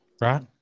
Right